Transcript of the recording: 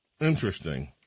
Interesting